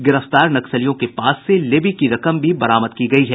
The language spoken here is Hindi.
गिरफ्तार नक्सलियों के पास से लेवी की रकम भी बरामद की गयी है